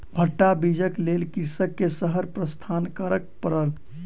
भट्टा बीजक लेल कृषक के शहर प्रस्थान करअ पड़ल